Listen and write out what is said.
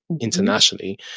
internationally